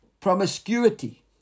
promiscuity